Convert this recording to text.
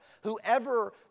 ...whoever